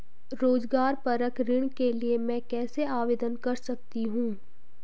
रोज़गार परक ऋण के लिए मैं कैसे आवेदन कर सकतीं हूँ?